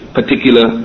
particular